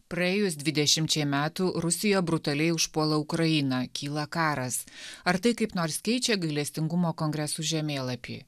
praėjus dvidešimčiai metų rusija brutaliai užpuola ukrainą kyla karas ar tai kaip nors keičia gailestingumo kongresų žemėlapį